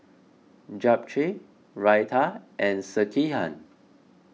Japchae Raita and Sekihan